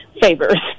favors